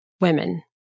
women